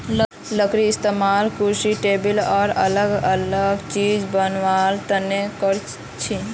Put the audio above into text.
लकडीर इस्तेमाल कुर्सी टेबुल आर अलग अलग चिज बनावा तने करछी